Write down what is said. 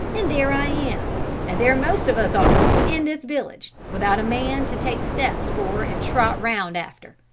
and there i am and there most of us are, in this village, without a man to take steps for and trot round after!